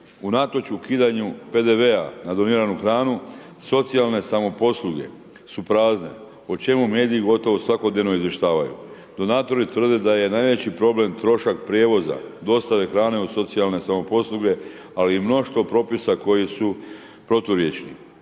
Unatoč ukidanju PDV-a na doniranu hranu socijalne samoposluge su prazne o čemu mediji gotovo svakodnevno izvještavaju. Donatori tvrde da je najveći problem trošak prijevoza, dostave hrane u socijalne samoposluge, ali i mnoštvo propisa koji su proturječni.